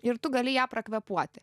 ir tu gali ją pakvėpuoti